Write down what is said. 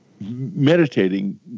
meditating